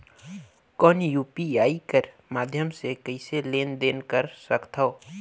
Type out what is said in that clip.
कौन यू.पी.आई कर माध्यम से कइसे लेन देन कर सकथव?